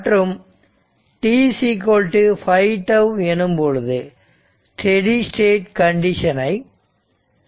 மற்றும் இது t 5 τ எனும் பொழுது ஸ்டெடி ஸ்டேட் கண்டிஷனை அடைகிறது